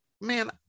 man